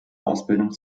ausbildung